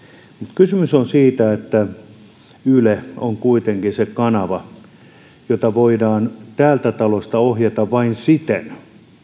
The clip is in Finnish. kysymys on siitä että yle on kuitenkin se kanava jota voidaan täältä talosta ohjata vain siten